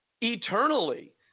eternally